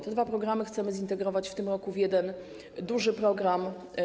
Te dwa programy chcemy zintegrować w tym roku w jeden duży program.